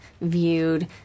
viewed